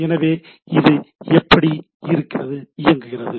எனவே இது எப்படி இருக்கிறது